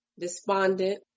despondent